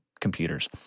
computers